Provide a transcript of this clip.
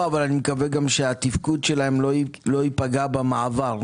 מקווה שגם התפקוד שלהם לא ייפגע במעבר,